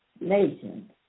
nation